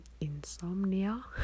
insomnia